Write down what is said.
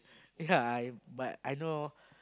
ya I but I know